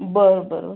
बरं बरं